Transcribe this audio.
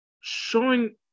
showing